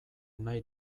nahi